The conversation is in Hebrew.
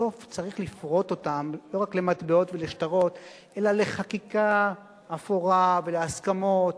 בסוף צריך לפרוט אותם לא רק למטבעות ולשטרות אלא לחקיקה אפורה ולהסכמות,